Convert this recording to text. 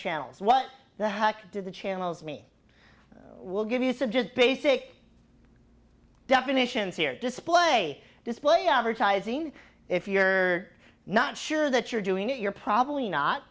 channels what the heck did the channels me we'll give you said just basic definitions here display display advertising if you're not sure that you're doing it you're probably